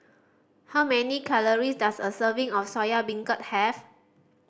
how many calories does a serving of Soya Beancurd have